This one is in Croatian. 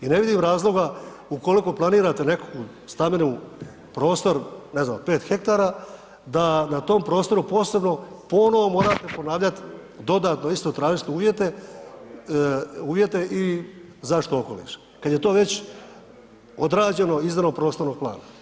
I ne vidim razloga ukoliko planirate neki stambeni prostor od 5 hektara da na tom prostoru posebno ponovno morate ponavljati dodatno isto tražiti uvjete i zaštitu okoliša kad je to već odrađeno izradom prostornog plana.